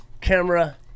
camera